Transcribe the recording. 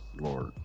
lord